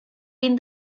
been